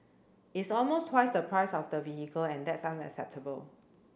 it's almost twice the price of the vehicle and that's unacceptable